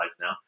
now